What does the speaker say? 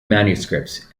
manuscripts